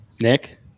Nick